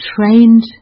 trained